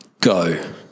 go